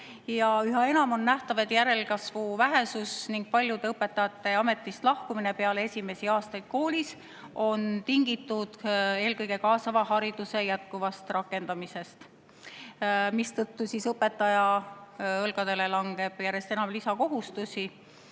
Üha enam on nähtav, et järelkasvu vähesus ning paljude õpetajate ametist lahkumine peale esimesi aastaid koolis on tingitud eelkõige kaasava hariduse jätkuvast rakendamisest, mistõttu õpetaja õlgadele langeb järjest enam lisakohustusi.